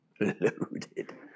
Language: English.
Loaded